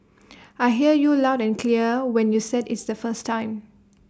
I hear you loud and clear when you said it's the first time